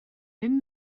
bum